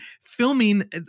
filming